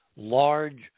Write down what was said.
large